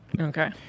Okay